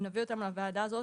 ונביא אותה לוועדה הזאת,